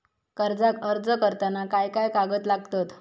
कर्जाक अर्ज करताना काय काय कागद लागतत?